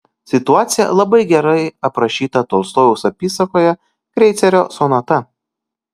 situacija labai gerai aprašyta tolstojaus apysakoje kreicerio sonata